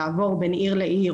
האם לעבור בין עיר לעיר,